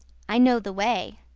i know the way.